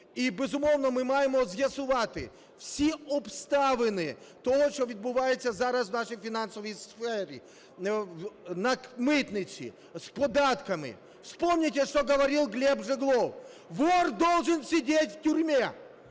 І, безумовно, ми маємо з'ясувати всі обставини того, що відбувається зараз в нашій фінансовій сфері: на митниці, з податками. Вспомните, что говорил Глеб Жиглов: "Вор должен сидеть в тюрьме".